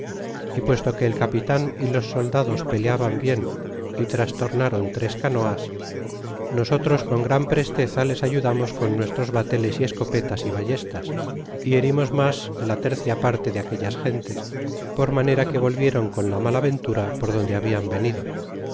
y puesto que el ca pitan y los soldados peleaban bien y ti astornron tres canoas nosotros con gran presteza les ayudamos con nuestros bateles y escopetas y ballestas y herimos mas de la tercia parte de aquellas gentes por manera que volvieron con la mala ventura por donde habían venido